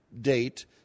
date